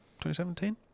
2017